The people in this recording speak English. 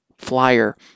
Flyer